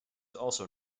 also